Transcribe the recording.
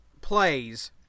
plays